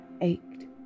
ached